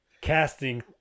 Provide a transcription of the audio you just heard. casting